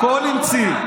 הכול המציא.